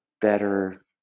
better